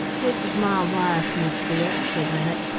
this is my wife, miss beale, said rennett.